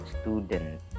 student